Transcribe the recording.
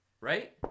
right